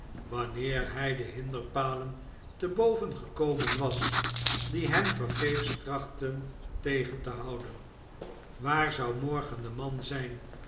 wanneer hij de hinderpalen te boven gekomen was die hem vergeefs trachtten tegen te houden waar zou morgen de man zijn